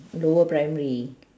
lower primary